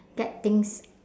get things